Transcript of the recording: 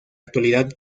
actualidad